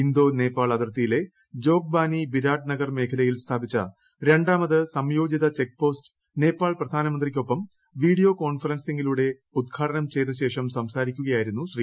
Indo Nepal അതിർത്തിയില്ലെട്ട് Jogbani Biratnagar മേഖലയിൽ സ്ഥാപിച്ച ശ്രണ്ടാമത് സംയോജിത ചെക്ക് പോസ്റ്റ് നേപ്പാൾ പ്രധാനമന്ത്രിയ്ക്കൊപ്പം വീഡിയോ കോൺഫറൻസിങ്ങിലൂള്ളുട്ട് ഉദ്ഘാടനം ചെയ്തശേഷം സംസാരിക്കുകയായിരുന്നു് ശ്രീ